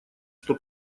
что